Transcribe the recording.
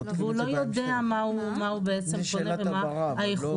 והוא לא יודע מה הוא בעצם יודע מה האיכות.